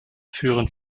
führen